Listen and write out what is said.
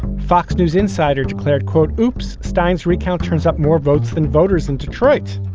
fox news insider declared, quote, hoopes stine's recount turns up more votes than voters in detroit.